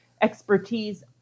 expertise